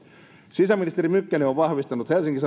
sisäministeri mykkänen on vahvistanut helsingin